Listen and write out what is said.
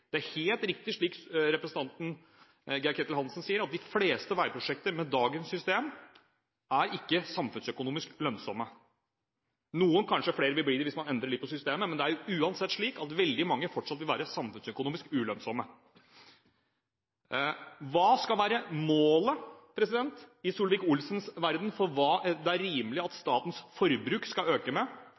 Det er helt riktig, slik representanten Geir-Ketil Hansen sier, at de fleste veiprosjekter med dagens system ikke er samfunnsøkonomisk lønnsomme. Noen flere vil det kanskje bli hvis man endrer litt på systemet, men det er jo uansett slik at veldig mange fortsatt vil være samfunnsøkonomisk ulønnsomme. Hva skal målet i Solvik-Olsens verden være for hva det er rimelig at statens forbruk skal øke med?